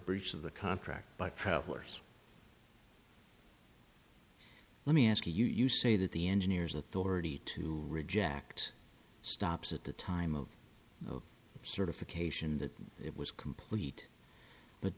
breach of the contract by travelers let me ask you you say that the engineers authority to reject stops at the time of the certification that it was complete but